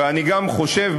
ואני גם חושב,